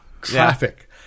traffic